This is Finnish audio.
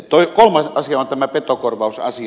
kolmas asia on tämä petokorvausasia